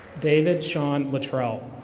david shawn luttrell.